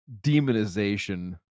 demonization